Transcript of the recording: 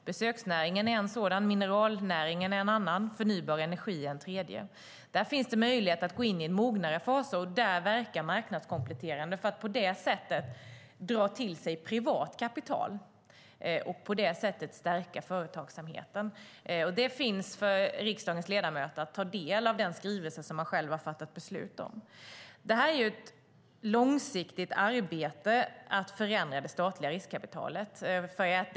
Besöksnäringen är en sådan, mineralnäringen en annan och förnybar energi en tredje. Här finns möjlighet att gå in i mognare faser och verka marknadskompletterande för att dra till sig privat kapital och stärka företagsamheten. Riksdagens ledamöter kan ta del av denna skrivelse som de själva har fattat beslut om. Att förändra det statliga riskkapitalet är ett långsiktigt arbete.